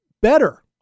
better